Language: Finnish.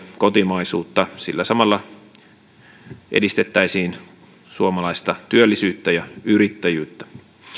kotimaisuutta sillä samalla edistettäisiin suomalaista työllisyyttä ja yrittäjyyttä